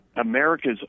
America's